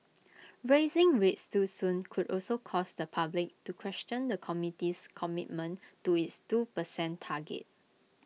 raising rates too soon could also cause the public to question the committee's commitment to its two percent target